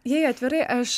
jei atvirai aš